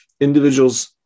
individuals